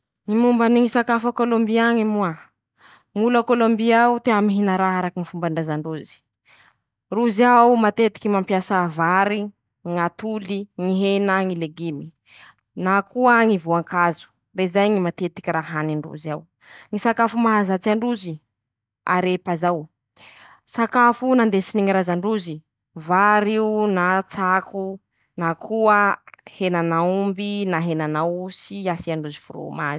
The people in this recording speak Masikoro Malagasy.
Ñy momba ny ñy sakafo a kôlômbyy añy moa: ñ'olo a Kôlômbyy ao tea mihina raha araky ñy fombandraza ndrozy, rozy ao matetiky mampiasa vary, ñ'atoly, ñy hena, ñy legimy, na koa voankazo, rezay ñy raha matetiky hanindroz'iao, ñy sakafo mahazatsy androzy arepa zao, sakafoo nandesiny ñy razandrozy, var'ioo na tsako na koa henan'aomby na henan'aosy asiandroz.